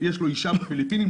יש לו אישה בפיליפינים,